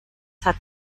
hat